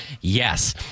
Yes